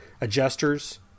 adjusters